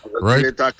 right